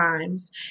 times